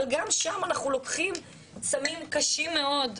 אבל גם שם אנחנו לוקחים סמים קשים מאוד,